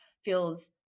feels